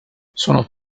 sono